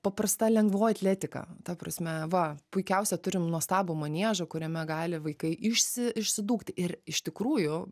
paprasta lengvoji atletika ta prasme va puikiausią turim nuostabų maniežą kuriame gali vaikai išsi išsidūkti ir iš tikrųjų